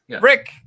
Rick